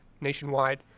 nationwide